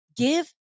Give